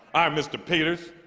um mr. peters,